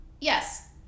yes